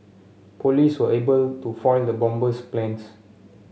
police were able to foil the bomber's plans